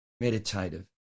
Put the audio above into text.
Meditative